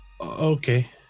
okay